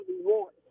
reward